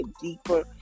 deeper